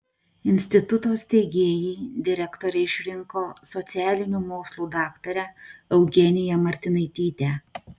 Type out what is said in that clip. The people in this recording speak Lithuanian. instituto steigėjai direktore išrinko socialinių mokslų daktarę eugeniją martinaitytę